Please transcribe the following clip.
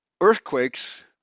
earthquakes